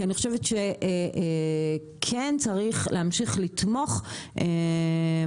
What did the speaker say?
אני חושבת שכן צריך להמשיך לתמוך ביזמות,